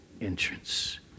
entrance